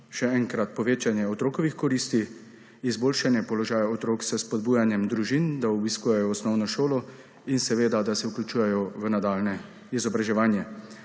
še enkrat - povečanje otrokovih koristi, izboljšanje položaja otrok s spodbujanjem družin, da obiskujejo osnovno šolo in da se vključujejo v nadaljnje izobraževanje.